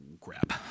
crap